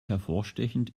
hervorstechend